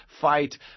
fight